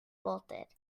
bolted